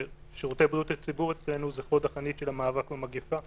שירותי בריאות הציבור אצלנו זה חוד החנית של המאבק במגפה.